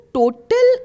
total